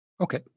Okay